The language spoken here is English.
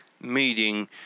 meeting